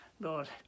Lord